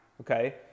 okay